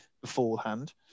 beforehand